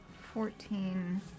fourteen